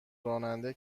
راننده